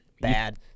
Bad